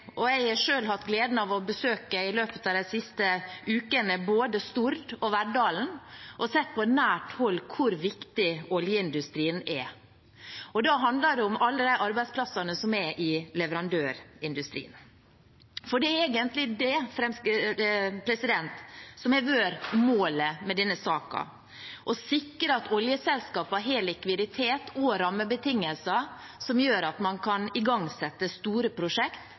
Jeg har selv i løpet av de siste ukene hatt gleden av å besøke både Stord og Verdal, og har sett på nært hold hvor viktig oljeindustrien er. Det handler om alle arbeidsplassene som er i leverandørindustrien. Det er egentlig det som har vært målet med denne saken – å sikre at oljeselskapene har likviditet og rammebetingelser som gjør at man kan igangsette store